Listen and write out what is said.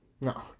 No